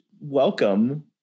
welcome